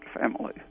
family